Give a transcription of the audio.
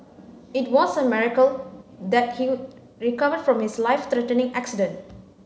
it was a miracle that he recovered from his life threatening accident